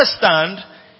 understand